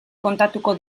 kontatuko